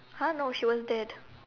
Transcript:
!huh! no she was dead